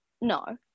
no